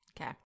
Okay